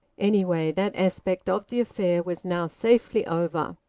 anyway, that aspect of the affair was now safely over,